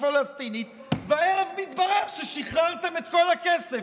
הפלסטינית והערב מתברר ששחררתם את כל הכסף.